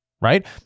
right